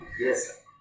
Yes